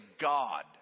God